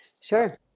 sure